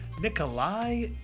Nikolai